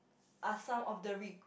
are some of the re~